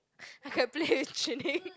I can play with Zhi-Ning